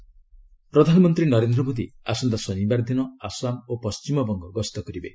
Modi visit ପ୍ରଧାନମନ୍ତ୍ରୀ ନରେନ୍ଦ୍ର ମୋଦୀ ଆସନ୍ତା ଶନିବାର ଦିନ ଆସାମ ଓ ପଶ୍ଚିମବଙ୍ଗ ଗସ୍ତ କରିବେ